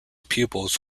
pupils